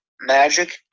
magic